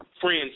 friends